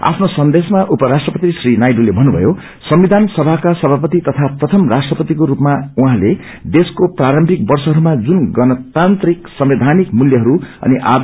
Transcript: आफ्नो सन्देशमा उप राष्ट्रपति श्री नायड्रले भन्नुभयो संविधान सभाको सभापति तथा प्रथम राष्ट्रपतिको रूपमा उहाँले देशको प्रारम्भिक वर्षहरूमा ुन गणतान्त्रिक संवैधानकि मूल्यहरू अनि आद